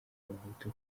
abahutu